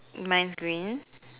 mine's green